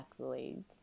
accolades